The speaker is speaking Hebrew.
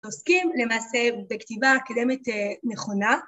‫עוסקים למעשה בכתיבה ‫אקדמית נכונה.